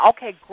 Okay